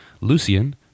lucian